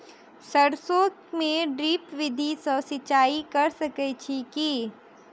सैरसो मे ड्रिप विधि सँ सिंचाई कऽ सकैत छी की?